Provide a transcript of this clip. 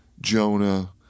Jonah